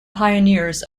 pioneers